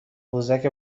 قوزک